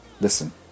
Listen